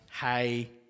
hey